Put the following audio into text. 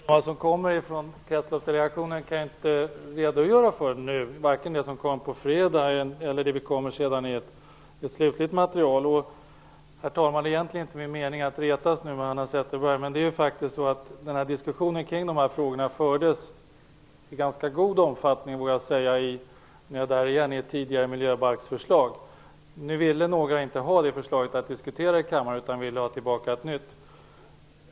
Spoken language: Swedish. Herr talman! Vad som kommer från Kretsloppsdelegationen kan jag inte redogöra för nu - varken för det som kommer på fredag eller det vi kommer med i ett slutligt material. Det är, herr talman, egentligen inte min mening att retas med Hanna Zetterberg, men det är faktiskt så att diskussionen kring dessa frågor fördes i ganska god omfattning, vågar jag säga, i samband med ett tidigare miljöbalksförslag. Nu ville några inte diskutera det förslaget i kammaren, utan man ville ha ett nytt.